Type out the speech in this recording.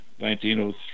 1903